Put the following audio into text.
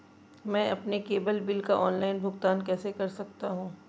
मैं अपने cable bill का ऑनलाइन भुगतान कैसे कर सकता हूं?